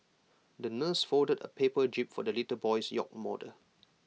the nurse folded A paper jib for the little boy's yacht model